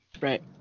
Right